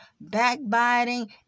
backbiting